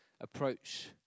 approach